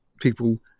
people